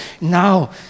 now